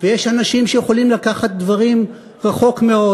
ויש אנשים שיכולים לקחת דברים רחוק מאוד,